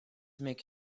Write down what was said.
make